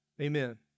Amen